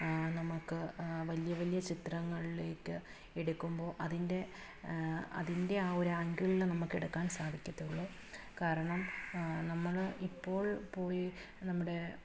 നമുക്ക് വലിയ വലിയ ചിത്രങ്ങളിലേക്ക് എടുക്കുമ്പോൾ അതിൻ്റെ അതിൻ്റെ ആ ഒരു ആംഗിൾല് നമുക്കെടുക്കാൻ സാധിക്കത്തുള്ളു കാരണം നമ്മൾ ഇപ്പോൾ പോയി നമ്മുടെ